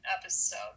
episode